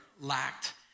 lacked